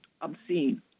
obscene